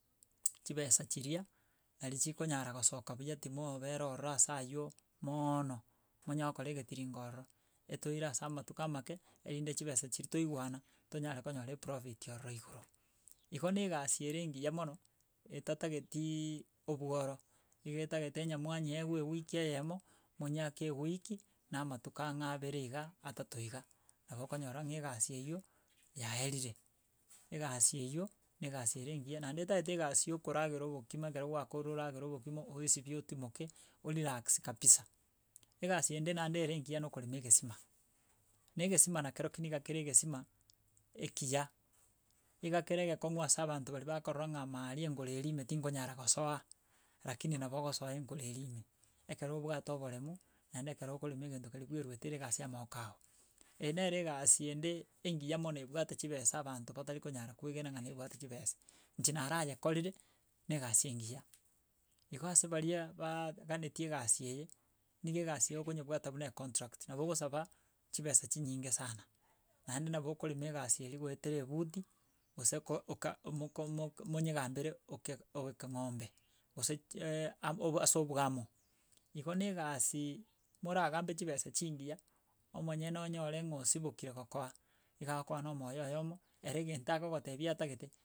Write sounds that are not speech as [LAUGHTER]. chibesa chiria, nari chikonyara gosoka buya timobera ororo ase aywo mooono monya gokora egetiringo ororo, etoire ase amatuko amake erinde chibesa chiria toigwana tonyare konyora eprofit ororo igoro. Igo na egasi ere engiya mono etatagetiii obworo, iga etagete onye mwanyeewu ewiki eyemo, monyeake ewiki na amatuko ang'e abere iga, atato iga, nabo okonyora ng'a egasi eywo yaerire egasi eywo na egasi ere engiya naende etaete egasi yokoragera obokima ekero gwakorire oragere obokima oesibie otimoke, orelaxi kabisa. Egasi ende naende ere engiya na okorema egesima na egiesima nakerokio niga kere egesima ekiya, iga kere egekong'u ase abanto baria bakorora ng'a ime aria engoro eria ime tingonyara gosoa, rakini nabo ogosoa engoro eria ime ekero obwate oboremu naende ekero okorema egento keria bweruete ere egasi yamagoko ao. Eye nere egasi ende engiya mono ebwate chibesa abanto batari konyara koegena ng'a nebwate chibesa, inche narayekorire, na egasi engiya. Igo ase baria baaaganetie egasi eye, niga egasi eye okonyebwata buna econtract nabo ogosaba chibesa chinyinge sana naende nabo okorema egasi eria goetera ebuti gose ko oka omoko monyegambere oke ogoika eng'ombe gose [HESITATION] abo ase obwamo, igo na egasi moragambe chibesa chingiya omonyene onyore ng'a osibokire gokoa iga agokoa na omoyo oyomo, ere egento agogotebi atagete.